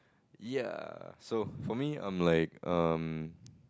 ya so for me I'm like um